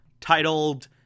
titled